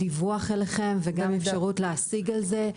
דיווח אליכם וגם אפשרות להשיג על זה.